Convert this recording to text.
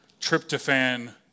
tryptophan